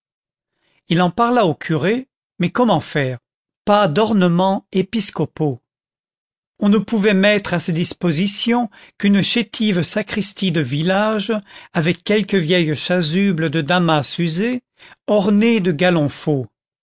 il en parla au curé mais comment faire pas d'ornements épiscopaux on ne pouvait mettre à sa disposition qu'une chétive sacristie de village avec quelques vieilles chasubles de damas usé ornées de galons faux